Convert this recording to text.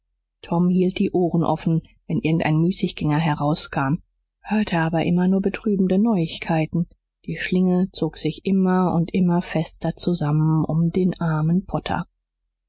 tom hielt die ohren offen wenn irgend ein müßiggänger herauskam hörte aber immer nur betrübende neuigkeiten die schlinge zog sich immer und immer fester zusammen um den armen potter